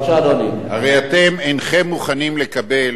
אם אתם מוכנים לקבל